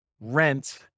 Rent